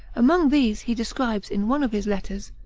among these, he describes, in one of his letters,